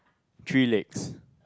three legs